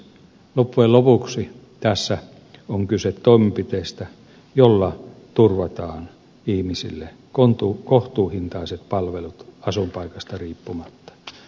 loppujen lopuksi tässä on kyse toimenpiteestä jolla turvataan ihmisille kohtuuhintaiset palvelut asuinpaikasta riippumatta